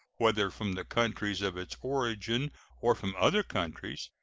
whether from the countries of its origin or from other countries,